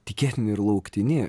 tikėtini ir lauktini